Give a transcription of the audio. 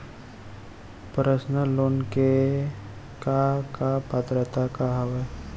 Personal loan ले के का का पात्रता का हवय?